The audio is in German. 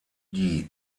die